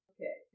Okay